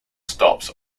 stops